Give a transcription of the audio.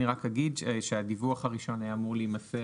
אני רק אגיד שהדיווח הראשון היה אמור להימסק